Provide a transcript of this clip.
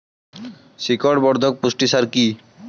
শিকড় বর্ধক পুষ্টি সার কি?